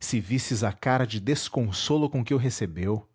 se visses a cara de desconsolo com que o recebeu